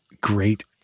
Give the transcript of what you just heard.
great